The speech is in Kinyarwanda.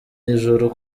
ijuru